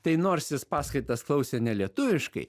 tai nors jis paskaitas klausė ne lietuviškai